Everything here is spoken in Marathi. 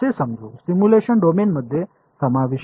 सिम्युलेशन डोमेनमध्ये समाविष्ट आहे